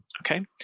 Okay